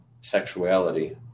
sexuality